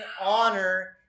honor